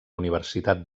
universitat